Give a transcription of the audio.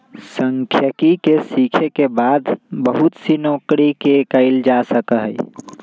सांख्यिकी के सीखे के बाद बहुत सी नौकरि के कइल जा सका हई